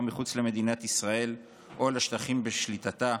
מחוץ למדינת ישראל או לשטחים בשליטתה".